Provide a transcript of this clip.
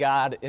God